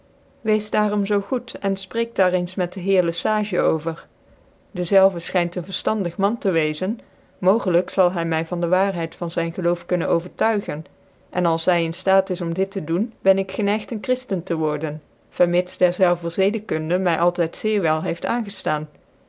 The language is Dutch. weeft daarom zoo goed en fpreckt daar eens met dc heer le sage over dezelve fchynt een verftandig man tc weczen mogclyk zal hy my van dc waarheid van zyn geloof kunnen overtuigen en als hy in ftaat is om dit tc doen ben ik gencigt een cbriftcn tc worden vermits dcrzclvcr zcdekundc my altydzeer wel heeft